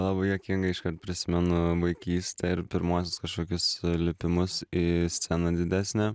labai juokinga iškart prisimenu vaikystę ir pirmuosius kažkokius lipimus į sceną didesnę